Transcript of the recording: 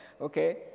Okay